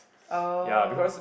oh